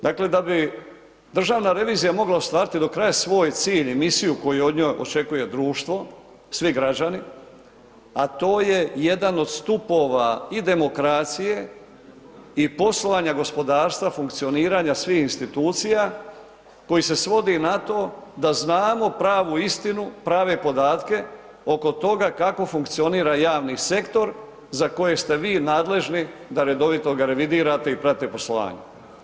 Dakle da bi državna revizija mogla ostvariti do kraja svoj cilj i misiju koju o njoj očekuje društvo, svi građani a to je jedan od stupova i demokracije i poslovanja gospodarstva, funkcioniranja svih institucija koji se svodi na to da znamo pravu istinu, prave podatke oko toga kako funkcionira javni sektor za kojeg ste vi nadležni da redovito ga revidirate i pratiti poslovanje.